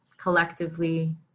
collectively